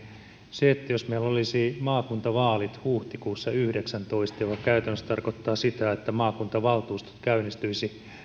että jos meillä olisi maakuntavaalit huhtikuussa yhdeksäntoista mikä käytännössä tarkoittaa sitä että maakuntavaltuustot käynnistyisivät